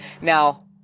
Now